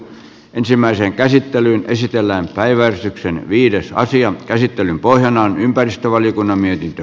ensimmäisen käsittelyn esitellään päiväystyksen viides aasian käsittelyn pohjana on ympäristövaliokunnan mietintö